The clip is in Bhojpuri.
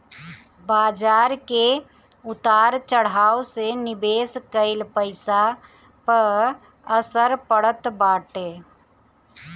बाजार के उतार चढ़ाव से निवेश कईल पईसा पअ असर पड़त बाटे